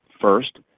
first